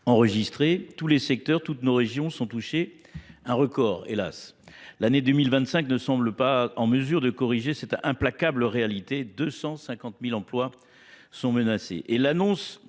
enregistrées. Tous les secteurs, toutes nos régions sont touchées. Un record, hélas. L'année 2025 ne semble pas en mesure de corriger cette implacable réalité. 250 000 emplois sont menacées. Et l'annonce